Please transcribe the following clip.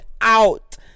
out